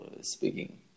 speaking